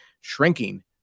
shrinking